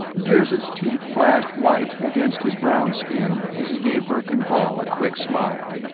dirzed's teeth flashed white against his brown skin as he gave verkan vall a quick smile.